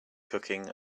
cooking